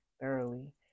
thoroughly